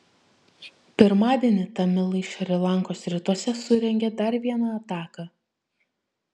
pirmadienį tamilai šri lankos rytuose surengė dar vieną ataką